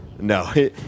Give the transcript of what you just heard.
No